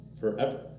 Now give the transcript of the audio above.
Forever